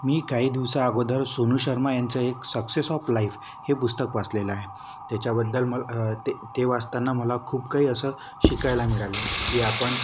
मी काही दिवसा अगोदर सोनू शर्मा यांचे एक सक्सेस ऑफ लाईफ हे पुस्तक वाचलेलं आहे त्याच्याबद्दल म ते वाचताना मला खूप काही असं शिकायला मिळालं की आपण